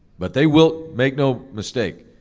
but they will, make no mistake,